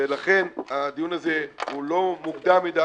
ולכן, הדיון הזה הוא לא מוקדם מדי.